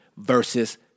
Versus